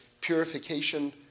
purification